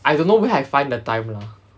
I don't know where I find the time lah